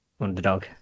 underdog